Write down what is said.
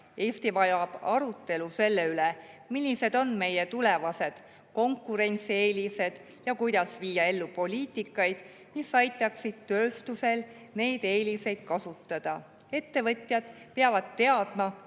Eesti vajab arutelu selle üle, millised on meie tulevased konkurentsieelised ja kuidas viia ellu poliitikat, mis aitaks tööstusel neid eeliseid kasutada. Ettevõtjad peavad teadma,